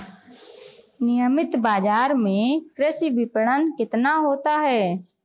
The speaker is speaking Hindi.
नियमित बाज़ार में कृषि विपणन कितना होता है?